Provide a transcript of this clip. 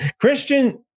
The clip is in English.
Christian